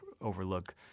overlook